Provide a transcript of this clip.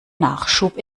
nachschub